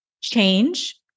change